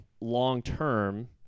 long-term